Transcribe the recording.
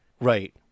Right